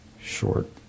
short